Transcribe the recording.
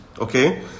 Okay